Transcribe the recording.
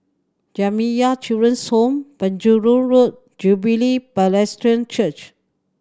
Jamiyah Children's Home Penjuru Road Jubilee Presbyterian Church